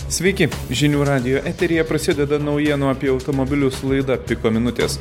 sveiki žinių radijo eteryje prasideda naujienų apie automobilius laida piko minutės